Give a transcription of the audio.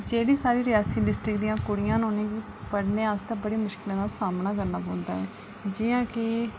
जो बी साढ़ी रियासी डिस्टिक दियां कुड़ियां न पढ़ने आस्तै बड़ी मुश्कलें दा सामना करना पौंदा ऐ जि'यां कि